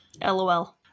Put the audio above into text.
LOL